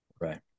Right